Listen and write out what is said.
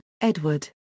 Edward